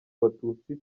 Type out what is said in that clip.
abatutsi